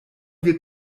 wir